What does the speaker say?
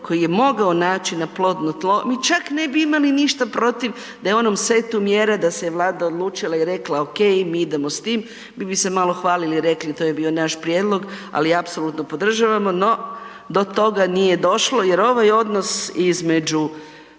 koji je mogao naići na plodno tlo, mi čak ne bi imali ništa protiv da je u onom setu mjera da se je Vlada odlučila i rekla ok, mi idemo s tim, mi bi se malo hvalili i rekli to je bio naš prijedlog, ali apsolutno podržavamo. No, do toga nije došlo jer ovaj odnos između